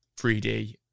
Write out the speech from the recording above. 3D